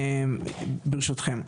ברשותכם,